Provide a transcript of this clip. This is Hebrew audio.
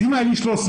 אם היו 13,250,